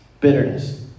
Bitterness